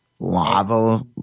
lava